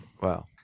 Wow